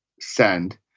send